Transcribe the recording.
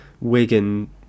Wigan